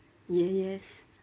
yeah yes